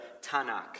Tanakh